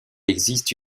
existe